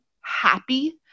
happy